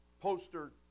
poster